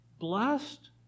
Blessed